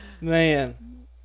man